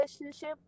relationship